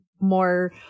more